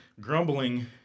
grumbling